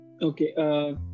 Okay